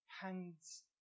Hands